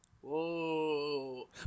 Whoa